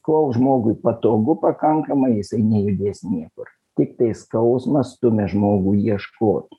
kol žmogui patogu pakankamai jisai nejudės niekur tiktai skausmas stumia žmogų ieškot